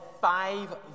five